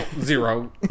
zero